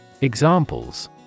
Examples